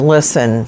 Listen